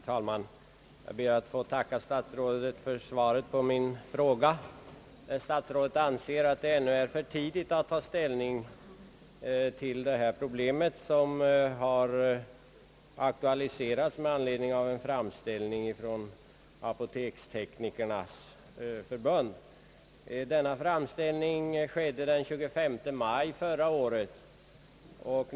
Herr talman! Jag ber att få tacka statsrådet för svaret på min fråga. Herr statsrådet anser att det ännu är för tidigt att ta ställning till det här problemet, som har aktualiserats med anledning av en framställning från apoteksteknikernas förbund. Denna framställning gjordes den 25 maj förra året.